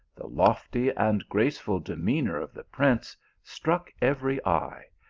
the lofty and graceful demeanour of the prince struck every eye,